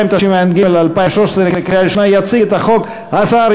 התשע"ג 2013, לוועדת החוקה, חוק ומשפט נתקבלה.